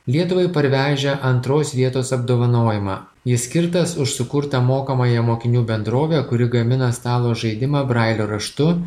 lietuvai parvežę antros vietos apdovanojimą jis skirtas už sukurtą mokomąją mokinių bendrovę kuri gamina stalo žaidimą brailio raštu